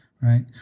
right